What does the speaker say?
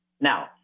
Now